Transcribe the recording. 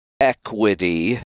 equity